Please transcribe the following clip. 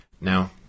Now